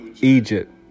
Egypt